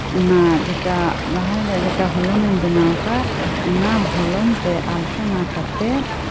ᱚᱱᱟ ᱡᱮᱴᱟ ᱞᱟᱦᱟ ᱦᱤᱞᱟᱹᱜ ᱡᱮᱴᱟ ᱦᱚᱞᱚᱝᱤᱧ ᱵᱮᱱᱟᱣ ᱟᱠᱟᱫ ᱚᱱᱟ ᱦᱚᱞᱚᱝ ᱛᱮ ᱟᱞᱯᱚᱱᱟ ᱠᱟᱛᱮᱜ